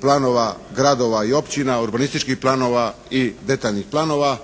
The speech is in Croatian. planova gradova i općina, urbanističkih planova i detaljnih planova.